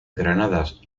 granadas